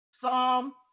Psalm